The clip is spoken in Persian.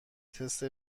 تست